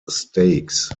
stakes